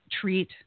treat